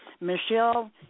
Michelle